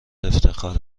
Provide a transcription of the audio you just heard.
افتخار